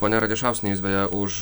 ponia radišauskiene jūs beje už